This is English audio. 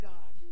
God